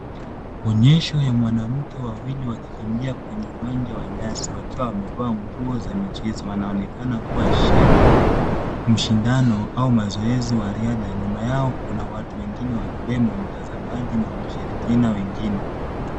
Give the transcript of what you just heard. Onyesho ya mwanamke wawili wakikimbia kwenye uwanja wa nyasi wakiwa wamevaa nguo za michezo, wanaonekana kuwa shati mshindano au mazoezi wa riadha. Nyuma yao kuna watu wengine wakiwemo mtazamaji na washirikina wengine.